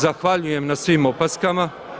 Zahvaljujem na svim opaskama.